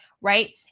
right